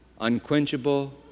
unquenchable